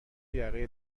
یقه